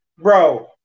bro